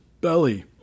Belly